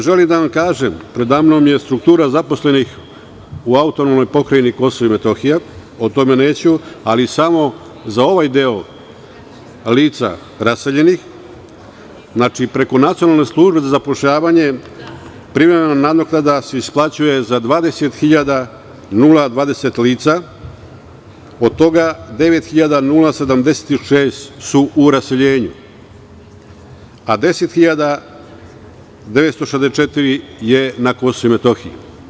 Želim da vam kažem, preda mnom je struktura zaposlenih u AP Kosovo i Metohija, o tome neću, ali samo za ovaj deo lica raseljenih, znači, preko Nacionalne službe za zapošljavanje privremena nadoknada se isplaćuje za 20.020 lica, od toga 9.076 su u raseljenju, a 10.964 je na Kosovu i Metohiji.